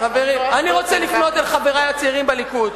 אני רוצה לפנות לחברי הצעירים בליכוד.